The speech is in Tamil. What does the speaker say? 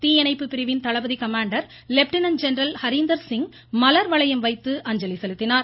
தீயணைப்பு பிரிவின் தளபதி கமாண்டர் லெப்டினன்ட் ஜென்ரல் ஹரீந்தர்சிங் மலர்வளையம் வைத்து அஞ்சலி செலுத்தினார்